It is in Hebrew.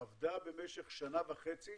עבדה במשך שנה וחצי